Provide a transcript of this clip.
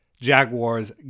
Jaguars